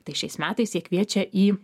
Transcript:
tai šiais metais jie kviečia į